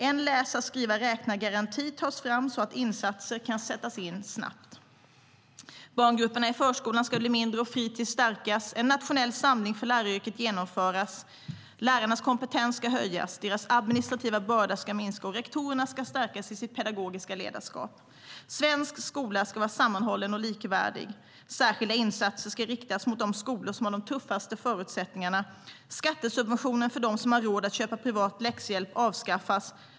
En läsa skriva-räknagaranti tas fram så att insatser kan sättas in snabbt. Svensk skola ska vara sammanhållen och likvärdig. Särskilda insatser ska riktas mot de skolor som har de tuffaste förutsättningarna. Skattesubventionen för dem som har råd att köpa privat läxhjälp avskaffas.